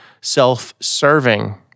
self-serving